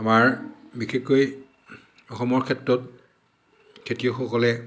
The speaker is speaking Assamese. আমাৰ বিশেষকৈ অসমৰ ক্ষেত্ৰত খেতিয়কসকলে